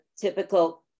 typical